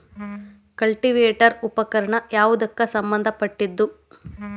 Cultivator ಉಪಕರಣ ಯಾವದಕ್ಕ ಸಂಬಂಧ ಪಟ್ಟಿದ್ದು?